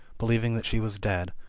believing that she was dead,